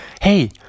hey